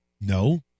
No